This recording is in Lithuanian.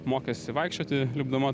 mokėsi vaikščioti lipdama